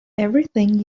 everything